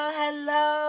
hello